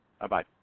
Bye-bye